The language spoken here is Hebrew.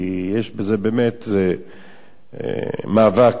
זה מאבק דתי.